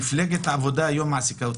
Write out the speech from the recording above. מפלגת העבודה היום מעסיקה אותנו.